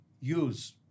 use